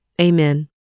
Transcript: Amen